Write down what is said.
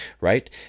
right